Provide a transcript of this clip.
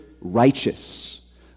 righteous